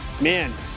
man